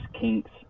kinks